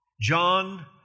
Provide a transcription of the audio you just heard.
John